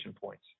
points